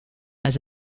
has